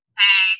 hey